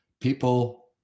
People